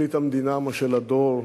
פרקליט המדינה משה לדור,